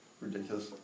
ridiculous